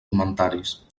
comentaris